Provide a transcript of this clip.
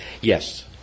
Yes